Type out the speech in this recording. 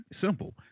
Simple